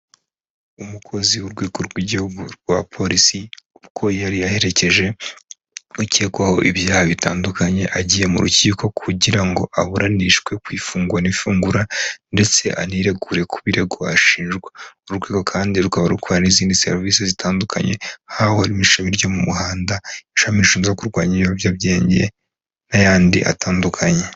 Umukozi w'urwego rw'igihugu rwa Polisi, uko yari yaherekeje ukekwaho ibyaha bitandukanye agiye mu rukiko kugira ngo aburanishwe ku ifungwa n'ifungura, ndetse aniregure ku birego ashinjwa. Uru rwego kandi rukaba rukora n'izindi serivisi zitandukanye, nkaho harimo ishami ryo mu muhanda, ishami rishinzwe kurwanya ibiyobyabwenge n'ayandi atandukanye.